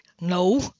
No